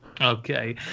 okay